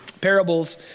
Parables